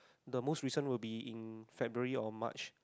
the most recent will be in February or March